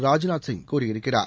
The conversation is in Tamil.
ராஜ்நாத் சிங் கூறியிருக்கிறார்